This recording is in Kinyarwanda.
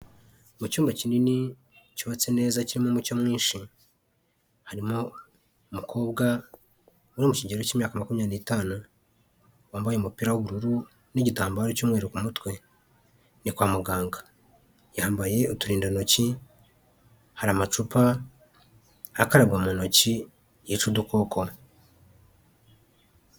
Mu cyumba kinini cyubatse neza cyirimo umucyo mwinshi, harimo umukobwa wo mu kigero cy'imyaka makumyabiri n'itanu wambaye umupira w'ubururu n'igitambaro cy'umweru ku mutwe, ni kwa muganga yambaye uturindantoki hari amacupa akaragwa mu ntoki yica udukoko.